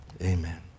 amen